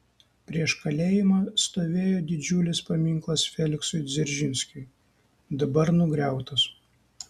prieš kalėjimą stovėjo didžiulis paminklas feliksui dzeržinskiui dabar nugriautas